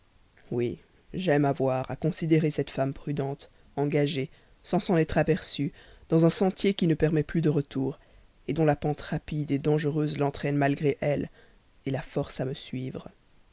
oui j'aime à voir à considérer cette femme prudente engagée sans s'en être aperçue dans un sentier qui ne permet plus de retour dont la pente rapide dangereuse l'entraîne malgré elle la force à me suivre